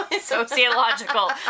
Sociological